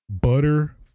butter